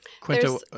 Quinto –